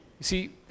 see